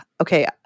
okay